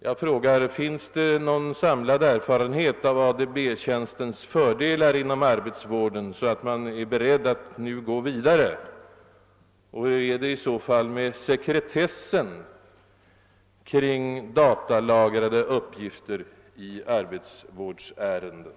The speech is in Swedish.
Jag frågar: Finns det någon samlad erfarenhet av ADB-tjänstens fördelar inom arbetsvården så att man är beredd att nu gå vidare, och hur är det i så fall med sekretessen kring datalagrade uppgifter i arbetsvårdsärenden?